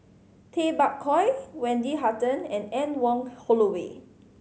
Tay Bak Koi Wendy Hutton and Anne Wong Holloway